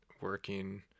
working